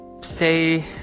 say